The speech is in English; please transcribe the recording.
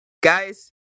guys